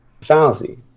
fallacy